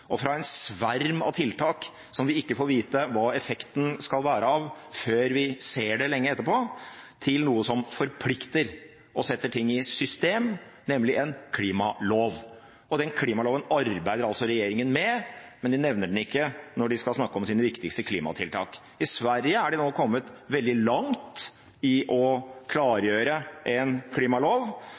og en sverm av tiltak som vi ikke får vite den tenkte effekten av før vi ser det lenge etterpå, til noe som forplikter og setter ting i system – nemlig en klimalov. Den klimaloven arbeider altså regjeringen med, men de nevner den ikke når de skal snakke om sine viktigste klimatiltak. I Sverige er de nå kommet veldig langt i å klargjøre en klimalov